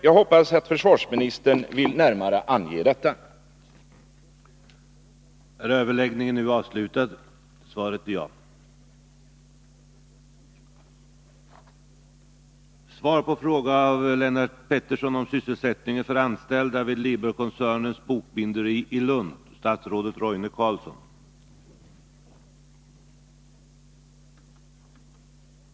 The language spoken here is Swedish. Jag hoppas att försvarsministern närmare vill ange vad han anser.